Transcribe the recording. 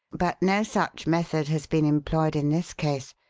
but no such method has been employed in this case.